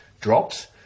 drops